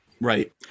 right